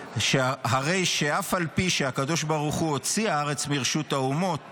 "הרי שאף על פי שהקדוש ברוך הוא הוציא הארץ מרשות האומות